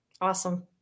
Awesome